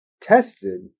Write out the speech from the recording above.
tested